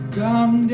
come